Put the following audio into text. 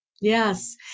Yes